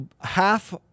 half